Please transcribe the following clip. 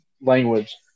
language